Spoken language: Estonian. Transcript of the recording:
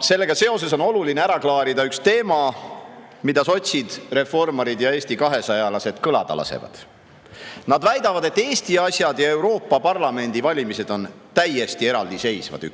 sellega seoses on oluline ära klaarida üks teema, millel sotsid, reformarid ja eestikahesajalased kõlada lasevad. Nad väidavad, et Eesti asjad ja Euroopa Parlamendi valimised on üksteisest täiesti eraldiseisvad.